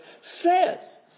says